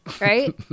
right